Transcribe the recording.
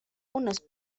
unos